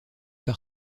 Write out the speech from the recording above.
par